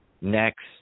next